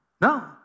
No